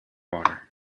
water